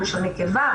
בלשון נקבה,